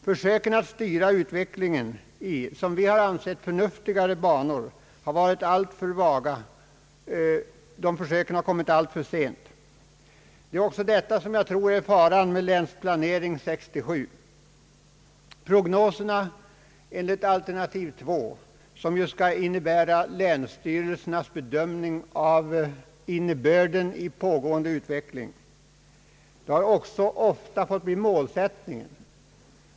Försöken att styra den i, enligt vår uppfattning, förnuftigare banor har varit alltför vaga och kommit alltför sent. Jag tror att detta är faran också med Länsplanering 67. Prognoserna enligt alternativ 2, som ju skall innebära länsstyrelsernas bedömning av innebörden i pågående utbeckling, har ofta fått bli även målsättning.